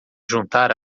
juntar